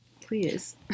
please